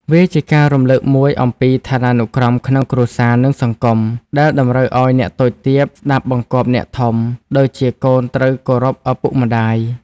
វាជាការរំលឹកមួយអំពីឋានានុក្រមក្នុងគ្រួសារ និងសង្គម ដែលតម្រូវឱ្យអ្នកតូចទាបស្តាប់បង្គាប់អ្នកធំ ដូចជាកូនត្រូវគោរពឪពុកម្តាយ។